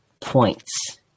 points